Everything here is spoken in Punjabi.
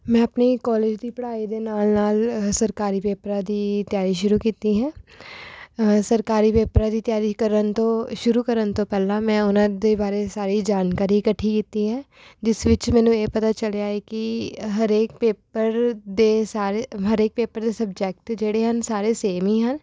ਮੈਂ ਆਪਣੇ ਕੋਲਜ ਦੀ ਪੜ੍ਹਾਈ ਦੇ ਨਾਲ ਨਾਲ ਅ ਸਰਕਾਰੀ ਪੇਪਰਾਂ ਦੀ ਤਿਆਰੀ ਸ਼ੁਰੂ ਕੀਤੀ ਹੈ ਸਰਕਾਰੀ ਪੇਪਰਾਂ ਦੀ ਤਿਆਰੀ ਕਰਨ ਤੋਂ ਸ਼ੁਰੂ ਕਰਨ ਤੋਂ ਪਹਿਲਾਂ ਮੈਂ ਉਹਨਾਂ ਦੇ ਬਾਰੇ ਸਾਰੀ ਜਾਣਕਾਰੀ ਇਕੱਠੀ ਕੀਤੀ ਹੈ ਜਿਸ ਵਿੱਚ ਮੈਨੂੰ ਇਹ ਪਤਾ ਚੱਲਿਆ ਹੈ ਕਿ ਹਰੇਕ ਪੇਪਰ ਦੇ ਸਾਰੇ ਹਰੇਕ ਪੇਪਰ ਦੇ ਸਬਜੈਕਟ ਜਿਹੜੇ ਹਨ ਸਾਰੇ ਸੇਮ ਹੀ ਹਨ